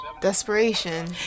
desperation